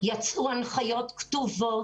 יצאו הנחיות כתובות.